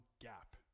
gap